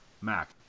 Mac